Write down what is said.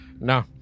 No